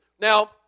Now